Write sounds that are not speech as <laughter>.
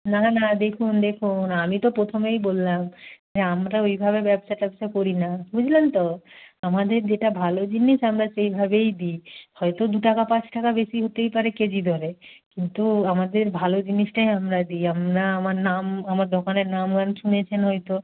না না দেখুন দেখুন আমি তো প্রথমেই বললাম যে আমরা ওইভাবে ব্যবসা ট্যবসা করি না বুঝলেন তো আমাদের যেটা ভালো জিনিস আমরা সেইভাবেই দিই হয়তো দু টাকা পাঁচ টাকা বেশি হতেই পারে কেজি দরে কিন্তু আমাদের ভালো জিনিসটাই আমরা দিই আমরা আমার নাম আমার দোকানের নাম <unintelligible> শুনেছেন হয়তো